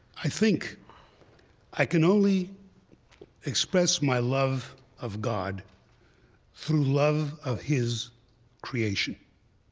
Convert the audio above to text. i think i can only express my love of god through love of his creation.